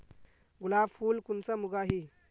गुलाब फुल कुंसम उगाही?